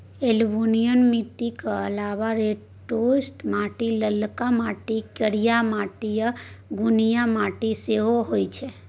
एलुयुबियल मीटिक अलाबा लेटेराइट माटि, ललका माटि, करिया माटि आ नुनगर माटि सेहो होइ छै